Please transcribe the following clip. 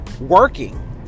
working